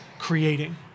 creating